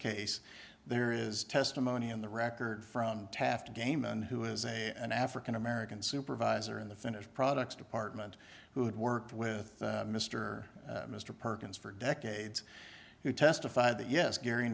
case there is testimony in the record from taft gamen who is a an african american supervisor in the finished products department who had worked with mr mr perkins for decades who testified that yes gary